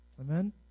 Amen